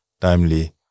timely